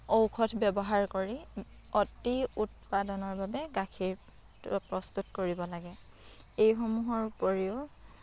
ঔষধ ব্যৱহাৰ কৰি অতি উৎপাদনৰ বাবে গাখীৰ প্ৰস্তুত কৰিব লাগে এইসমূহৰ উপৰিও